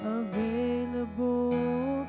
available